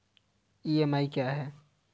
EMI क्या है?